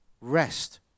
rest